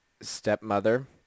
stepmother